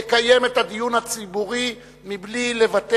הוא יקיים את הדיון הציבורי מבלי לוותר